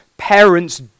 Parents